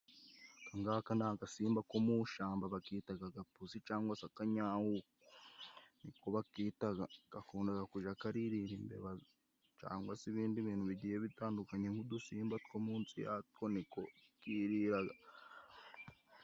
Aka ng'aka ni agasimba ko mu shamba bakitaga agapusi cyangwa se akanyawuku niko bakitaga. Gakundaga kuja karirira imbeba cyangwa se ibindi bintu bigiye bitandukanye nk'udusimba two mu nsi yatwo niko kiriraga.